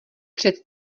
před